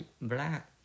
black